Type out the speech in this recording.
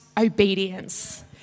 obedience